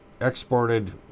exported